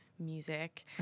music